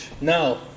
No